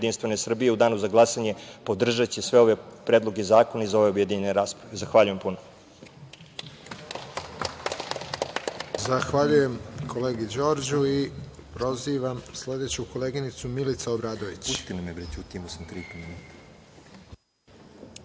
u danu za glasanje podržaće sve ove predloge zakona iz objedinjene rasprave. Zahvaljujem.